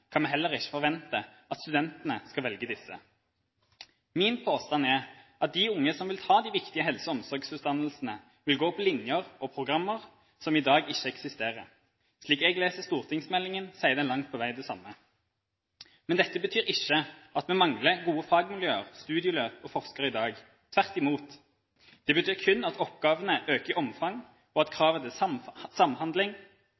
kan vi heller ikke forvente at studentene skal velge disse. Min påstand er at de unge som vil ta de viktige helse- og omsorgsutdanningene, vil gå på linjer – og programmer – som i dag ikke eksisterer. Slik jeg leser stortingsmeldingen, sier den langt på vei det samme. Men dette betyr ikke at vi mangler gode fagmiljøer, studieløp og forskere i dag, tvert imot. Det betyr kun at oppgavene øker i omfang, og at